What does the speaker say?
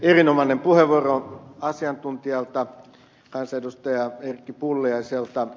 erinomainen puheenvuoro asiantuntijalta kansanedustaja erkki pulliaiselta